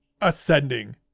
ascending